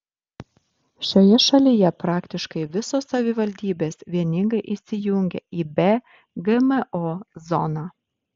šioje šalyje praktiškai visos savivaldybės vieningai įsijungė į be gmo zoną